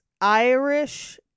Irish